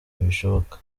ntibishoboka